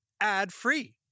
ad-free